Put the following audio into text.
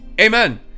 amen